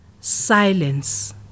silence